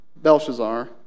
Belshazzar